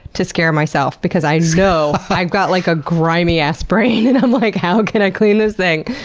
to scare myself, because i know i've got like a grimy-ass brain, and i'm like, how can i clean this thing?